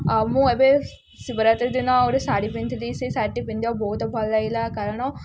ଆଉ ମୁଁ ଏବେ ଶିବରାତ୍ରି ଦିନ ଗୋଟେ ଶାଢ଼ୀ ପିନ୍ଧିଥିଲି ସେ ଶାଢ଼ୀଟି ପିନ୍ଧିବା ବହୁତ ଭଲ ଲାଗିଲା କାରଣ